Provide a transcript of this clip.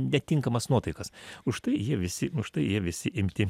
netinkamas nuotaikas užtai jie visi užtai jie visi imti